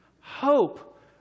Hope